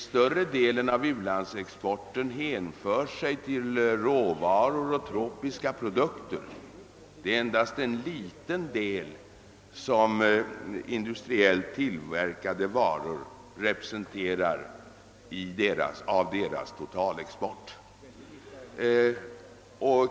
Större delen av denna hänför sig till råvaror och tropiska produkter, medan industriellt tillverkade varor endast representerar en liten del av totalexporten.